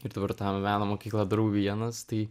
ir dabar tą meno mokyklą darau vienas tai